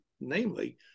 namely